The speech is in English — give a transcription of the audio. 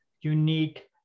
unique